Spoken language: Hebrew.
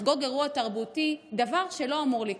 לחגוג אירוע תרבותי, דבר שלא אמור לקרות.